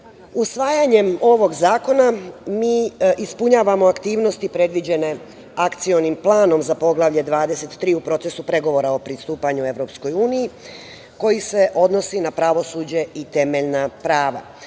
tela. Usvajanjem ovog zakona mi ispunjavamo aktivnosti predviđeni Akcionim planom za Poglavlje 23 u procesu pregovora o pristupanju EU koji se odnosi na pravosuđe i temeljna prava,